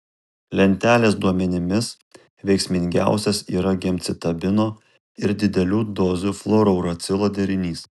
lentelės duomenimis veiksmingiausias yra gemcitabino ir didelių dozių fluorouracilo derinys